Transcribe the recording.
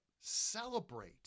celebrate